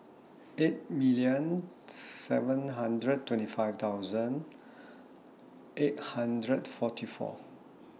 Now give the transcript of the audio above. eight million seven hundred twenty five thousand eight hundred forty four